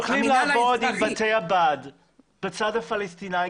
אנחנו יכולים לעבוד עם בתי הבד בצד הפלסטינאי,